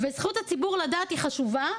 זכות הציבור לדעת חשובה,